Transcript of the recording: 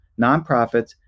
nonprofits